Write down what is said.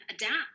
adapt